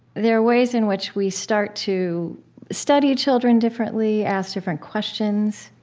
there are ways in which we start to study children differently, ask different questions.